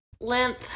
limp